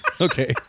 okay